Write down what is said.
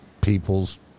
people's